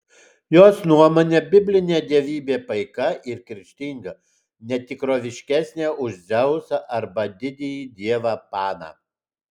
jos nuomone biblinė dievybė paika ir kerštinga ne tikroviškesnė už dzeusą arba didįjį dievą paną